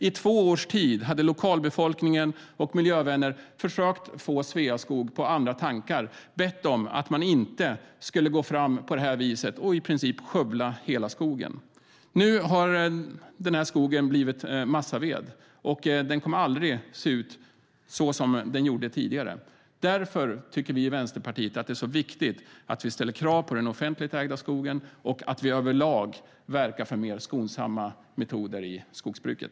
I två års tid hade lokalbefolkningen och miljövänner försökt få Sveaskog på andra tankar och bett dem att inte gå fram på det här viset och i princip skövla hela skogen. Nu har skogen blivit massaved, och den kommer aldrig att se ut som den gjorde tidigare. Därför tycker vi i Vänsterpartiet att det är så viktigt att vi ställer krav när det gäller den offentligt ägda skogen och att vi över lag verkar för fler skonsamma metoder i skogsbruket.